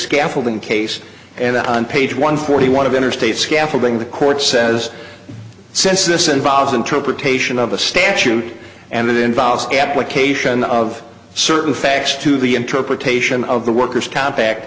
scaffolding case and that on page one forty one of interstate scaffolding the court says since this involves interpretation of a statute and it involves application of certain facts to the interpretation of the worker's comp act